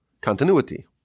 continuity